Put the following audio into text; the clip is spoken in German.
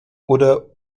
oder